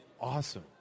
awesome